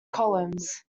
columns